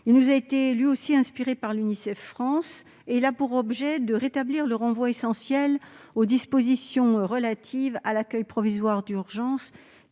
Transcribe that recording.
nous a été, lui aussi, inspiré par Unicef France. Il a pour objet de rétablir le renvoi essentiel aux dispositions relatives à l'accueil provisoire d'urgence,